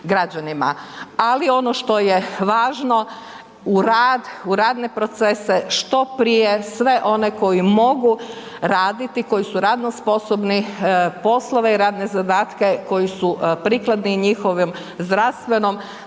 Ali ono što je važno u rad, u radne procese što prije sve one koji mogu raditi i koji su radno sposobni poslove i radne zadatke koji su prikladni njihovom zdravstvenom